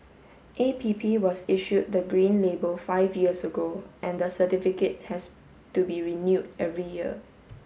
A P P was issued the green label five years ago and the certificate has to be renewed every year